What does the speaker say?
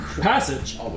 passage